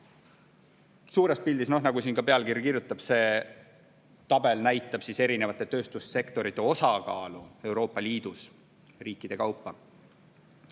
Suures pildis, nagu ka pealkirjas öeldud, see tabel näitab erinevate tööstussektorite osakaalu Euroopa Liidus riikide kaupa.